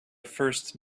first